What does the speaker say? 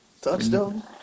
Touchdown